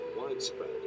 widespread